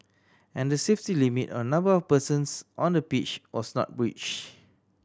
and the safety limit on number of persons on the pitch was not breached